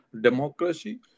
democracy